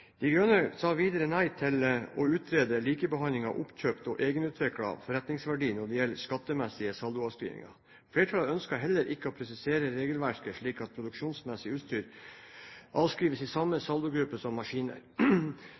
De rød-grønne sa videre nei til å utrede likebehandling av oppkjøpt og egenutviklet forretningsverdi når det gjelder skattemessige saldoavskrivninger. Flertallet ønsket heller ikke å presisere regelverket slik at produksjonsmessig utstyr avskrives i samme saldogruppe som maskiner.